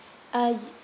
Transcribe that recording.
uh